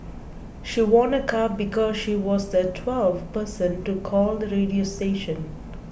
she won a car because she was the twelfth person to call the radio station